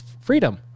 freedom